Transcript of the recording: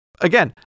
again